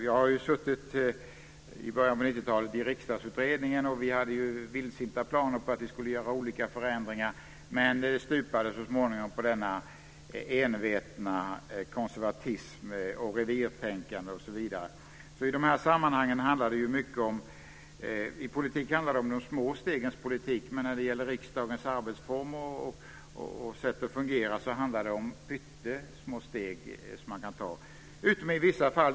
Jag satt i början på 90-talet i Riksdagsutredningen. Vi hade vildsinta planer på att göra olika förändringar. Men det stupade så småningom på enveten konservatism, revirtänkande osv. I politiken handlar det mycket om de små stegen. Men när det gäller riksdagens arbetsformer och sätt att fungera handlar det om att ta pyttesmå steg, utom i vissa fall.